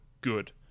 good